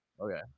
okay